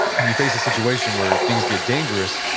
and you face a situation where things get dangerous,